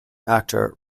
actor